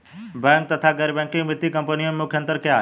Bank तथा गैर banking वित्तीय कंपनियों में मुख्य अंतर क्या है?